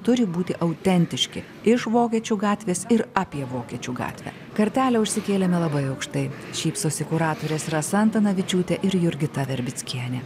turi būti autentiški iš vokiečių gatvės ir apie vokiečių gatvę kartelę užsikėlėme labai aukštai šypsosi kuratorės rasa antanavičiūtė ir jurgita verbickienė